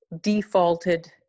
defaulted